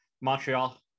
Montreal